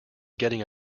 getting